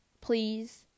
Please